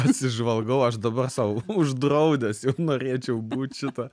pasižvalgau aš dabar sau uždraudęs jau norėčiau būt šita